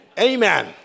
Amen